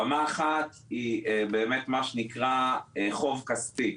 רמה אחת היא באמת מה שנקרא חוב כספי,